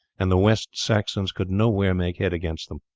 and the west saxons could nowhere make head against them.